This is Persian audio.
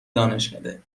دانشکده